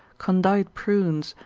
condite prunes,